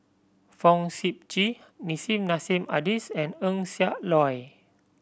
Fong Sip Chee Nissim Nassim Adis and Eng Siak Loy